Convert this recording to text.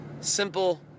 simple